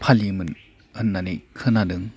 फालियोमोन होननानै खोनादों